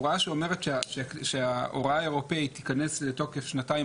הוראה שאומרת שההוראה האירופית תיכנס לתוקף שנתיים